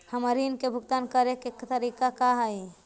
हमर ऋण के भुगतान करे के तारीख का हई?